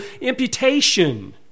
imputation